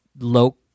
low